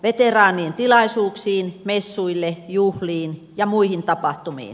veteraanien tilaisuuksiin messuille juhliin ja muihin tapahtumiin